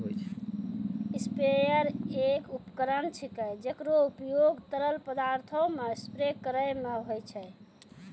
sprayer एक उपकरण छिकै, जेकरो उपयोग तरल पदार्थो क स्प्रे करै म होय छै